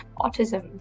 autism